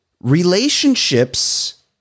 relationships